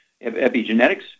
epigenetics